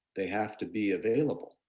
they have to be available.